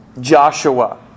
Joshua